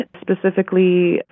specifically